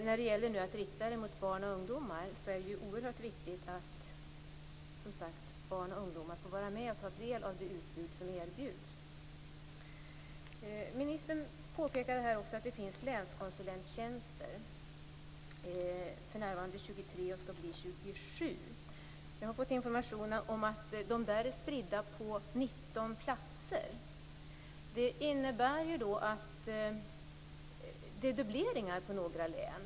När det gäller sådant som riktas till barn och ungdomar är det oerhört viktigt att de själva får medverka till utbudet. Ministern påpekade att det finns länskonsulenttjänster. De är för närvarande 23 och skall bli 27. Jag har fått information om att de är spridda på 19 platser. Det innebär att det blir dubbleringar i några län.